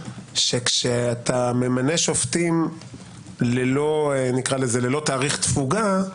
שכשאתה ממנה שופטים ללא תאריך תפוגה,